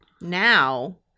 Now